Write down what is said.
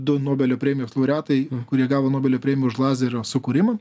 du nobelio premijos laureatai kurie gavo nobelio premiją už lazerio sukūrimą